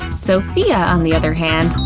sophia, on the other hand,